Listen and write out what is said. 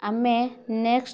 ଆମେ ନେକ୍ସଟ୍